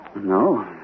No